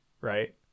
right